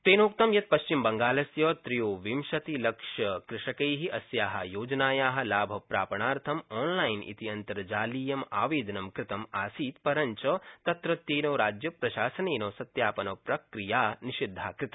तेनोक्तं यत् पश्चिमबंगालस्य त्रयोविंशतिलक्षकृषकै अस्या योजनाया लाभप्रापणार्थं आनलाइन इति अन्तर्जालीयम् आवेदनं कृतं आसीत् परञ्च तत्रत्येन राज्यप्रशासनेन सत्यापनप्रक्रिया निषिद्धा कृता